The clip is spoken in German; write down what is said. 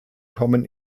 kommen